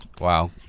Wow